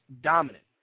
dominant